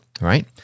right